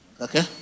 Okay